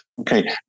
Okay